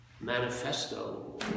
manifesto